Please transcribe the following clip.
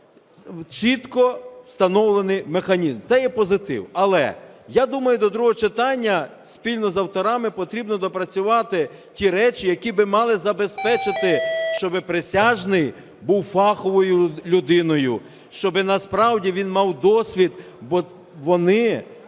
чітко встановлений механізм. Це є позитив. Але, я думаю, до другого читання спільно з авторами потрібно доопрацювати ті речі, які б мали забезпечити, щоб присяжний був фаховою людиною, щоб насправді він мав досвід, бо вони,